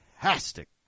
fantastic